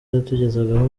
yatugezagaho